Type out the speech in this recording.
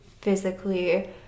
physically